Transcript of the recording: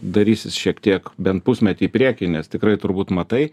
darysis šiek tiek bent pusmetį į priekį nes tikrai turbūt matai